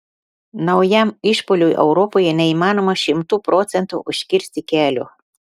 naujam išpuoliui europoje neįmanoma šimtu procentų užkirsti kelio